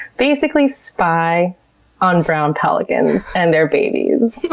basically, spy on brown pelicans and their babies.